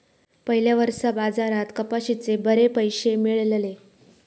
पयल्या वर्सा बाजारात कपाशीचे बरे पैशे मेळलले